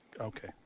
Okay